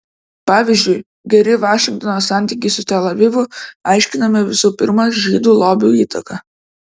pavyzdžiui geri vašingtono santykiai su tel avivu aiškinami visų pirma žydų lobių įtaka